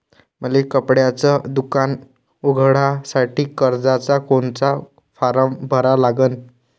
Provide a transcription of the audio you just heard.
मले कपड्याच दुकान उघडासाठी कर्जाचा कोनचा फारम भरा लागन?